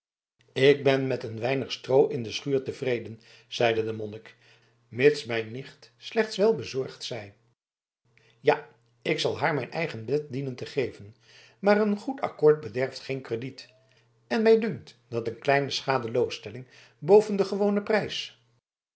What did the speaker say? ik ben met een weinig stroo in de schuur tevreden zeide de monnik mits mijn nicht slechts wel bezorgd zij ja ik zal haar mijn eigen bed dienen te geven maar een goed akkoord bederft geen crediet en mij dunkt dat een kleine schadeloosstelling boven den gewonen prijs